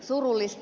surullista